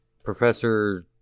Professor